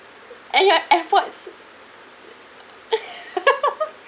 and your airpods